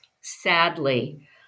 sadly